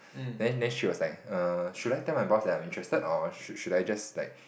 then then she was like err should I tell my boss I'm interested or should should I just like